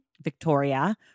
Victoria